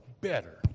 better